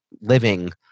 living